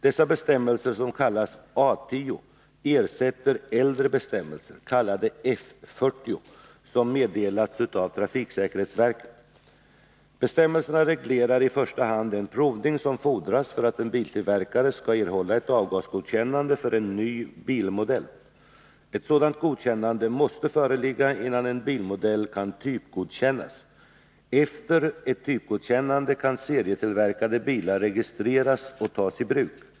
Dessa bestämmelser, som kallas A 10, ersätter äldre bestämmelser, kallade F40, som meddelats av trafiksäkerhetsverket. Bestämmelserna reglerar i första hand den provning som fordras för att en biltillverkare skall erhålla ett avgasgodkännande för en ny bilmodell. Ett sådant godkännande måste föreligga, innan en bilmodell kan typgodkännas. Efter ett typgodkännande kan serietillverkade bilar registreras och tas i bruk.